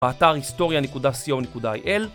באתר historia.co.il